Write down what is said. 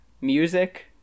music